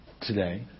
today